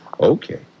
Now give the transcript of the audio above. Okay